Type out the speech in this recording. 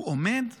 הוא עומד בקונגרס,